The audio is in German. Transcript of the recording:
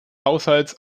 haushalts